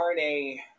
RNA